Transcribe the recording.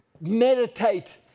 meditate